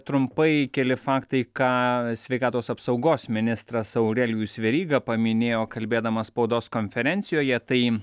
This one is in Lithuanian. trumpai keli faktai ką sveikatos apsaugos ministras aurelijus veryga paminėjo kalbėdamas spaudos konferencijoje tai